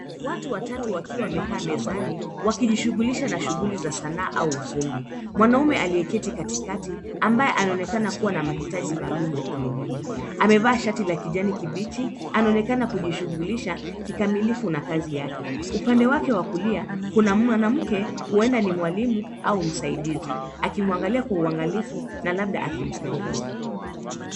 Watu watatu wakiwa wamekaa mezani wakijishughulisha na shughuli za sanaa au ufundi. Mwanamume aliyeketi katikati, ambaye anaonekana kuwa na mahitaji maalum ya kielimu, amevaa shati la kijani kibichi anaonekana kujishughulisha kikamilifu na kazi yake. Upande wake wa kulia kuna mwanamke huenda ni mwalimu au msaidizi akimwangalia kwa uangalifu na labda akimsaidia.